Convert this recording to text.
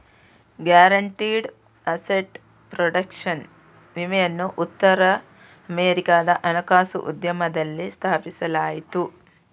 guaranteed asset protection ವಿಮೆಯನ್ನು ಉತ್ತರ ಅಮೆರಿಕಾದ ಹಣಕಾಸು ಉದ್ಯಮದಲ್ಲಿ ಸ್ಥಾಪಿಸಲಾಯಿತು